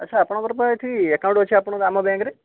ଆଚ୍ଛା ଆପଣଙ୍କର ପରା ଏଇଠି ଏକାଉଣ୍ଟ ଅଛି ଆପଣଙ୍କ ଆମ ବ୍ୟାଙ୍କରେ